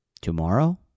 tomorrow